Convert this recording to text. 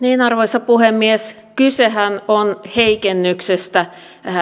unohtaa arvoisa puhemies kysehän on heikennyksestä